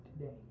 today